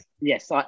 Yes